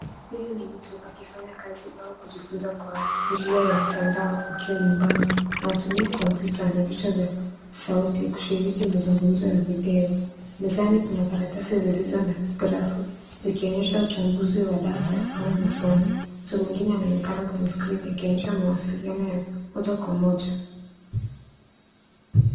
Huyu ni mtu akifanya kazi au kujifunza kwa njia ya mtandao akiwa nyumbani. Anatumia kompyuta na vichwa vya sauti kushiriki mazungumzo ya video. Mezani kuna karatasi zilizo na grafu zikionyesha uchambuzi wa data au masomo. Mtu mwingine anaonekana kwenye skrini ikionyesha mawasiliano ya moja kwa moja.